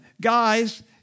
guys